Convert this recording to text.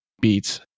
beats